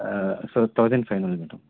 so thousand five hundred madam